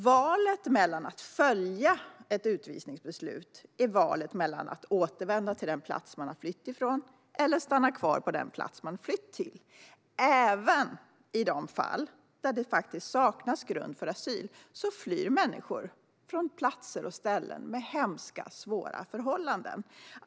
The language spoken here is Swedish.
Valet mellan att följa ett utvisningsbeslut och att inte göra det är valet mellan att återvända till den plats man flytt ifrån och att stanna kvar på den plats man flytt till. Även i de fall det saknas grund för asyl flyr människor från platser med hemska och svåra förhållanden.